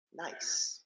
Nice